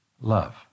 love